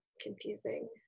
confusing